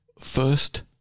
First